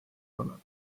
korral